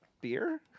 beer